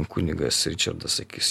kunigas ričardas sakys